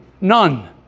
none